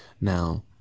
Now